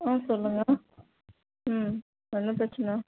ஆ சொல்லுங்கள் ம் என்ன பிரச்சனை